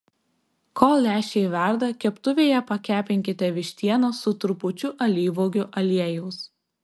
kol lęšiai verda keptuvėje pakepinkite vištieną su trupučiu alyvuogių aliejaus